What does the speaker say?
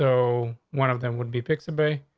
so one of them would be picked the bay.